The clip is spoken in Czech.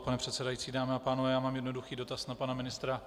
Pane předsedající, dámy a pánové, já mám jednoduchý dotaz na pana ministra.